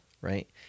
Right